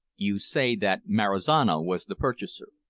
you say that marizano was the purchaser.